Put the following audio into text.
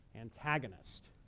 antagonist